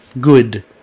good